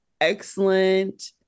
excellent